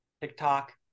TikTok